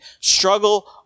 Struggle